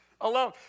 alone